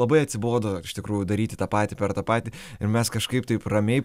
labai atsibodo iš tikrųjų daryti tą patį per tą patį ir mes kažkaip taip ramiai